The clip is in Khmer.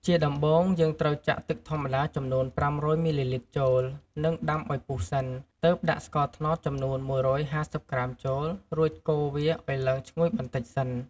ជាដំបូង យើងត្រូវចាក់ទឹកធម្មតាចំនួន ៥០០ មីលីលីត្រចូល និងដាំឱ្យពុះសិន ទើបដាក់ស្ករត្នោតចំនួន ១៥០ក្រាមចូល រួចកូរវាឲ្យឡើងឈ្ងុយបន្តិចសិន។